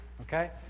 Okay